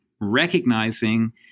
recognizing